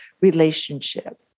relationship